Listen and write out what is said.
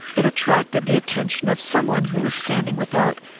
it attracted the attention of some one who was standing without,